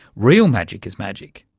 real magic is magic.